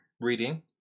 reading